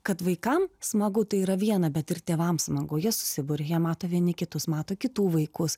kad vaikam smagu tai yra viena bet ir tėvam smagu jie susiburia jie mato vieni kitus mato kitų vaikus